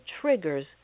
triggers